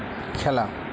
খেলা